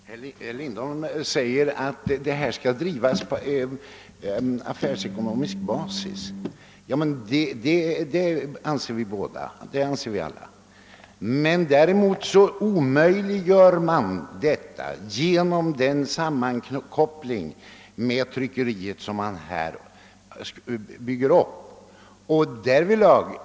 Herr talman! Herr Lindholm sade att verksamheten skall bedrivas på affärsmässig basis. Det anser vi alla. Man omöjliggör emellertid detta genom den sammankoppling med tryckeriet som man vill åstadkomma.